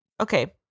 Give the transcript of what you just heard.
Okay